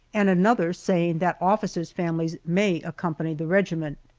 and another saying that officers' families may accompany the regiment.